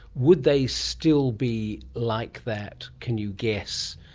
would they still be like that, can you guess,